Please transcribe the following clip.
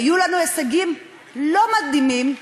היו לנו הישגים לא מדהימים,